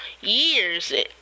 years